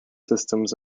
systems